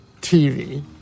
TV